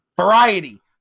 variety